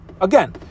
Again